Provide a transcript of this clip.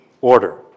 order